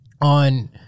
on